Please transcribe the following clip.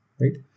right